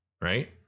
right